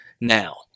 Now